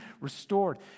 restored